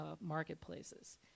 marketplaces